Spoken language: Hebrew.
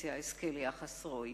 האופוזיציה אזכה ליחס ראוי.